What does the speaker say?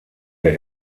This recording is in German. der